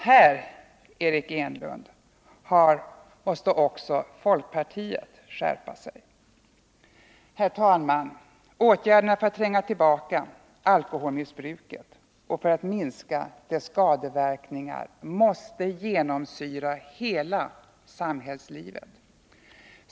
Här, Eric Enlund, måste också folkpartiet skärpa sig. Herr talman! Åtgärderna för att tränga tillbaka alkoholmissbruket och för att minska dess skadeverkningar måste genomsyra hela samhällslivet.